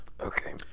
Okay